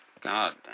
God